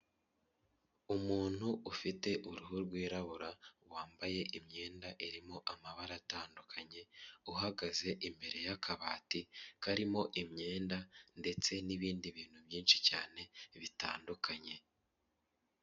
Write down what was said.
Umuntu ufite uruhu rwirabura, wambaye imyenda irimo amabara atandukanye, uhagaze imbere y'akabati, karimo imyenda ndetse n'ibindi bintu byinshi cyane bitandukanye.